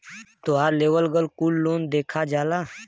तोहार लेवल गएल कुल लोन देखा जाला